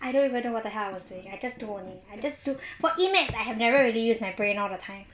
I don't even know what the hell I always doing I just do only I just do for E math I have never really use my brain all the time